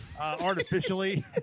artificially